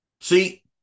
See